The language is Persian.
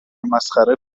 مسخره